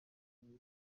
yoweri